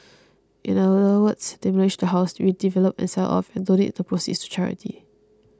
in other words demolish the house redevelop and sell off and donate the proceeds to charity